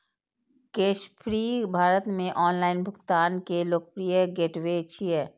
Cashfree Bharat मे online भुगतान के लोकप्रिय गेटवे छियै